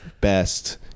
best